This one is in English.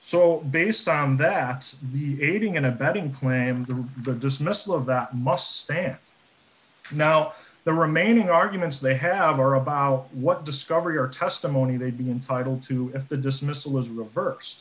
so based on that the aiding and abetting claims of the dismissal of that must stand now the remaining arguments they have are about what discovery or testimony they'd be entitled to and the dismissal is reverse